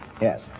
Yes